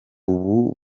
ubu